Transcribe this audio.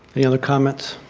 any other comments?